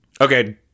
Okay